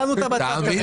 שמנו אותה בצד כרגע.